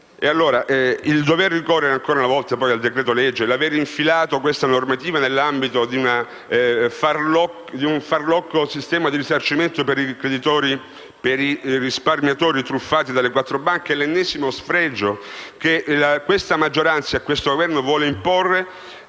il dover ricorrere ancora una volta al decreto-legge, l'avere infilato questa normativa nell'ambito di un farlocco sistema di risarcimento per i risparmiatori truffati dalle quattro banche è l'ennesimo sfregio che questa maggioranza e questo Governo vogliono imporre,